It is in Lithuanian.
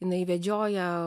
jinai vedžioja